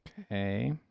Okay